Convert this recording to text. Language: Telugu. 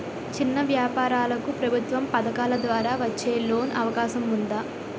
చిన్న వ్యాపారాలకు ప్రభుత్వం పథకాల ద్వారా వచ్చే లోన్ అవకాశం ఉందా?